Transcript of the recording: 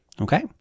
Okay